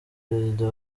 perezida